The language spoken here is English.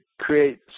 create